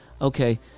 okay